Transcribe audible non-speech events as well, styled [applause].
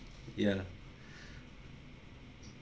ya [breath]